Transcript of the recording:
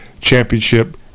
championship